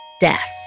death